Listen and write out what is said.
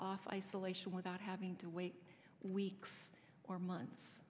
wait isolation without having to wait weeks for months